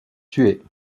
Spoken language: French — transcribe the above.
tuer